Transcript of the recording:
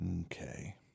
Okay